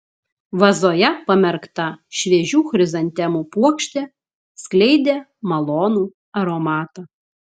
vazoje pamerkta šviežių chrizantemų puokštė skleidė malonų aromatą